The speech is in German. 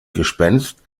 gespenst